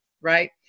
right